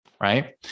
right